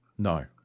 No